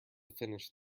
finish